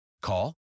Call